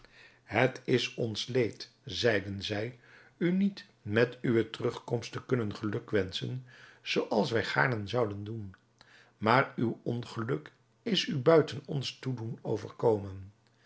het is ons leed zeiden zij u niet met uwe terugkomst te kunnen gelukwenschen zoo als wij gaarne zouden doen maar uw ongeluk is u buiten ons toedoen overkomen